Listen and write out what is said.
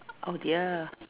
oh dear